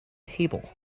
table